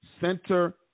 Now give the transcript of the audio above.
center